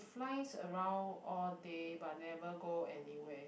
flies around all day but never go anywhere